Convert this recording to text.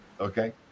Okay